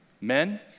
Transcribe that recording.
Men